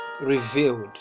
revealed